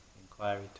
inquiry